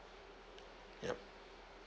yup